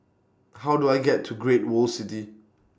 How Do I get to Great World City